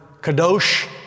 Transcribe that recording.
kadosh